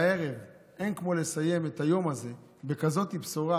הערב, אין כמו לסיים את היום הזה בכזאת בשורה